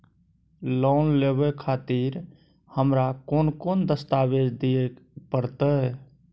Loan लेवे खातिर हमरा कोन कौन दस्तावेज दिय परतै?